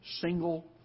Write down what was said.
single